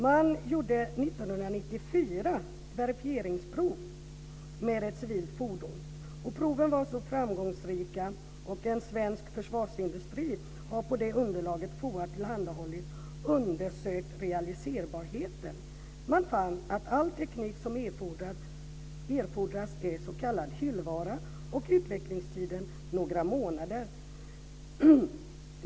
Man gjorde 1994 verifieringsprov med ett civilt fordon. Proven var framgångsrika, och en svensk försvarsindustri har på det underlag som FOA har tillhandahållit undersökt realiserbarheten. Man fann att all teknik som erfordras är s.k. hyllvara och att utvecklingstiden är några månader.